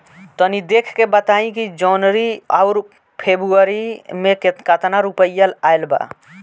तनी देख के बताई कि जौनरी आउर फेबुयारी में कातना रुपिया आएल बा?